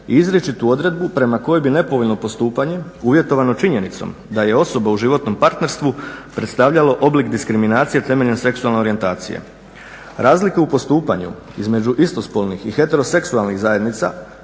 i izričitu odredbu prema kojoj bi nepovoljno postupanje uvjetovano činjenicom da je osoba u životnom partnerstvu predstavljalo oblik diskriminacije temeljem seksualne orijentacije. Razlike u postupanju između istospolnih i heteroseksualnih zajednica